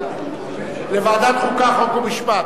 לוועדת החוקה, חוק ומשפט.